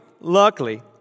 luckily